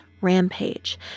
rampage